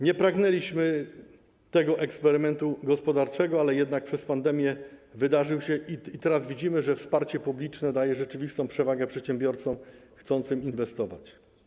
Nie pragnęliśmy tego eksperymentu gospodarczego, ale przez pandemię on się wydarzył i teraz widzimy, że wsparcie publiczne daje rzeczywistą przewagę przedsiębiorcom chcącym inwestować.